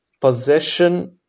possession